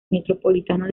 metropolitano